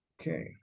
Okay